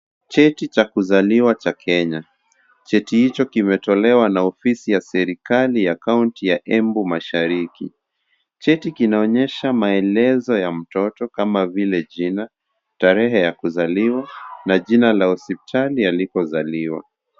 Cheti cha kuzaliwa cha Kenya, cheti hicho kimetolewa na ofisi ya serikali ya kaunti ya Embu ya mashariki, cheti kinaonyesha maelezo ya mtoto kama vile jina, tarehe ya kuzaliwa na jina la hospitali alipo zaliwa.